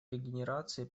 регенерации